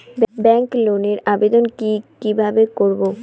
Bank লোনের আবেদন কি কিভাবে করব?